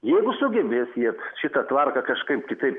jeigu sugebės jie šitą tvarką kažkaip kitaip